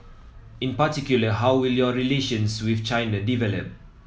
in particular how will your relations with China develop